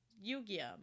Yu-Gi-Oh